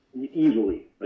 easily